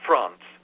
France